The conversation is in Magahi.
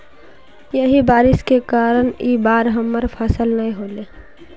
यही बारिश के कारण इ बार हमर फसल नय होले?